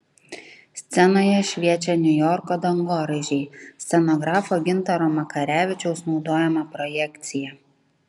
scenoje šviečia niujorko dangoraižiai scenografo gintaro makarevičiaus naudojama projekcija